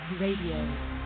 Radio